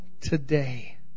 today